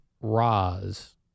Roz